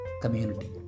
community